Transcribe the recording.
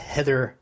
Heather